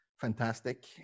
fantastic